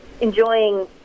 enjoying